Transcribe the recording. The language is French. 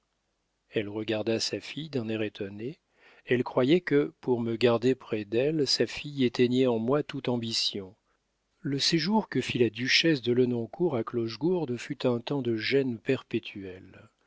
elle regarda sa fille d'un air étonné elle croyait que pour me garder près d'elle sa fille éteignait en moi toute ambition le séjour que fit la duchesse de lenoncourt à clochegourde fut un temps de gêne perpétuelle